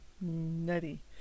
nutty